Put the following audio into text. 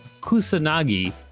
Kusanagi